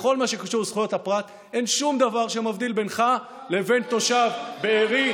בכל מה שקשור לזכויות הפרט אין שום דבר שמבדיל בינך לבין תושב בארי,